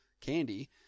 Candy